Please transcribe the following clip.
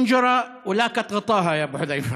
(אומר בערבית: